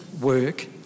work